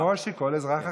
כמו שכל אזרח אחר.